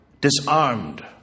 disarmed